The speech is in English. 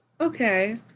okay